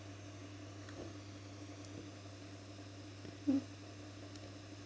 mm